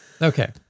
okay